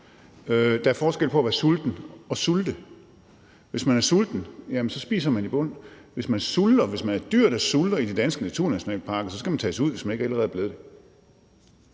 Der er forskel på at være sulten og at sulte. Hvis man er sulten, spiser man i bund, men hvis man sulter, altså hvis man er et dyr, der sulter i de danske naturnationalparker, så skal man tages ud, hvis man ikke allerede er blevet det,